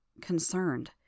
concerned